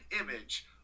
image